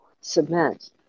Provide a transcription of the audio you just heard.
cement